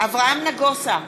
אברהם נגוסה,